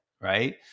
Right